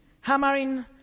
hammering